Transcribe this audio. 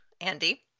Andy